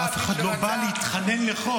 מי שרצה --- אף אחד לא בא להתחנן לחוק.